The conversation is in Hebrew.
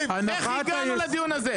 איך הגענו לדיון הזה?